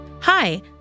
Hi